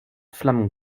flammen